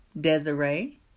Desiree